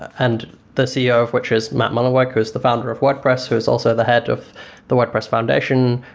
and the ceo of which is matt mullenweg, who is the founder of wordpress who is also the head of the wordpress foundation,